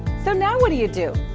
so now what do you do?